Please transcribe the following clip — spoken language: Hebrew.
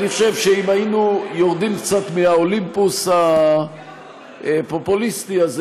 אני חושב שאם היינו יורדים קצת מהאולימפוס הפופוליסטי הזה,